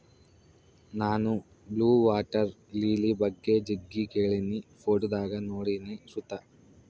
ನಾನು blue water lily ಬಗ್ಗೆ ಜಗ್ಗಿ ಕೇಳಿನಿ, ಫೋಟೋದಾಗ ನೋಡಿನಿ ಸುತ